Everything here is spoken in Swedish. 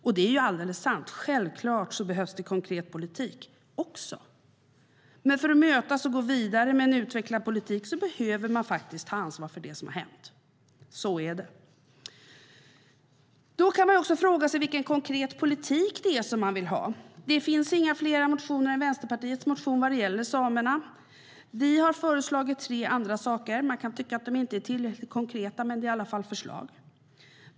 Och det är alldeles sant att det självklart också behövs konkret politik, men för att mötas och gå vidare med en utvecklad politik behöver man ta ansvar för det som har hänt - så är det. Vilken konkret politik är det då man vill ha? Det finns inga motioner utöver Vänsterpartiets motion som gäller samerna. Vi har föreslagit tre andra saker. Man kan tycka att de inte är tillräckligt konkreta, men det är i alla fall förslag.